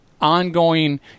ongoing